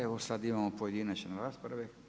Evo sada imamo pojedinačne rasprave.